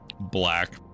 black